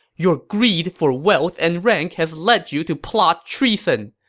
your greed for wealth and rank has led you to plot treason!